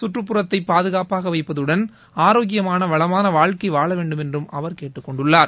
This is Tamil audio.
கற்றுப்புறத்தை பாதுகாப்பாக வைப்பதுடன் ஆரோக்கியமான வளமான வாழ்க்கை வாழ வேண்டுமென்று அவர் கேட்டுக் கொண்டுள்ளார்